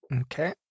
Okay